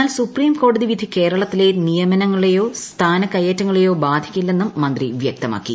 എന്നാൽ സുപ്രീംകോടതി വിധി കേരളത്തിലെ നിയമനങ്ങളെയോ സ്ഥാനക്കയറ്റങ്ങളെയോ ബാധിക്കില്ലെന്നും മന്ത്രി വ്യക്തമാക്കി